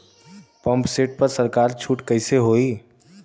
Pump set पर सरकार छूट कईसे होई?